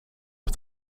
het